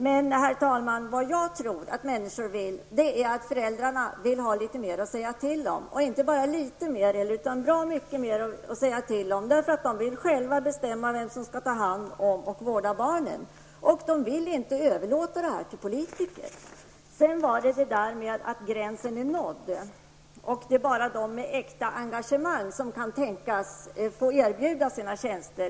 Men jag tror, herr talman, att föräldrar vill ha litet mera -- ja, t.o.m. bra mycket mera -- att säga till om. Föräldrarna vill själva bestämma vem som skall ta hand om och vårda barnen. Föräldrarna vill inte överlåta den här uppgiften på politikerna. Sedan några ord om detta med att gränsen är nådd vad det gäller alternativen inom barnomsorgen och om att det bara är människor med ett äkta engagemang som kan tänkas få erbjuda sina tjänster.